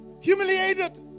humiliated